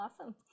Awesome